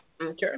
Okay